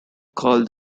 called